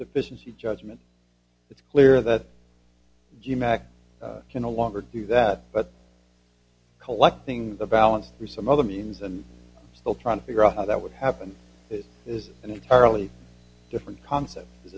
deficiency judgment it's clear that g mac can no longer do that but collecting the balance for some other means and still trying to figure out how that would happen it is an entirely different concept is